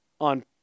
on